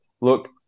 Look